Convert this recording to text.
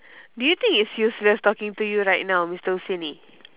do you think it's useless talking to you right now mister husaini